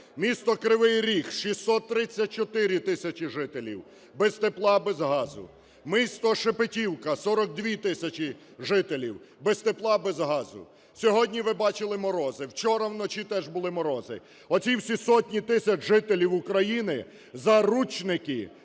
Місто Кривий Ріг – 634 тисячі жителів без тепла, без газу. Місто Шепетівка – 42 тисячі жителів без тепла, без газу. Сьогодні, ви бачили, морози, вчора вночі теж були морози. Оці всі сотні тисяч жителів України заручники, заручники